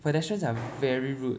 pedestrians are very rude